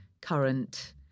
current